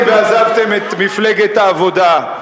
למה, עזבתם את מפלגת העבודה,